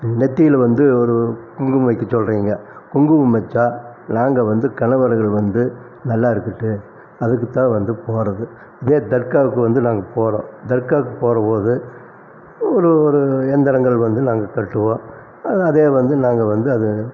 நெற்றியில் வந்து ஒரு குங்குமம் வைக்க சொல்கிறீங்க குங்குமம் வச்சால் நாங்கள் வந்து கணவர்கள் வந்து நல்லா இருக்கட்டும் அதுக்கு தான் வந்து போகிறது இதே தர்காவுக்கு வந்து நாங்கள் போகிறோம் தர்காவுக்கு போகிற போது ஒரு ஒரு எந்திரங்கள் வந்து நாங்கள் கட்டுவோம் அதே வந்து நாங்கள் வந்து அது